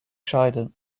scheide